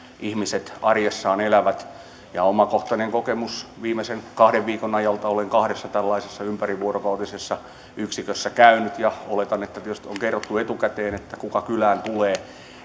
ihmiset arjessaan elävät omakohtainen kokemus on viimeisen kahden viikon ajalta olen kahdessa tällaisessa ympärivuorokautisessa yksikössä käynyt ja oletan että tietysti on kerrottu etukäteen kuka kylään tulee